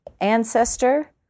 ancestor